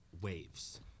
waves